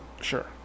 Sure